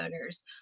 owners